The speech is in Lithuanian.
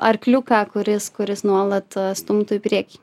arkliuką kuris kuris nuolat stumtų į priekį